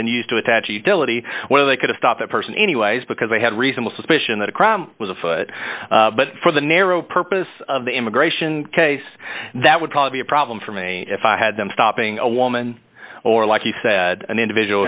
been used to attach a utility where they could stop that person anyways because they had reasonable suspicion that a crime was afoot but for the narrow purpose of the immigration case that would probably be a problem for me if i had them stopping a woman or like you said an individual